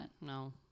No